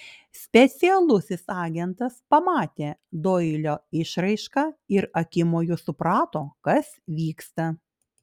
specialusis agentas pamatė doilio išraišką ir akimoju suprato kas vyksta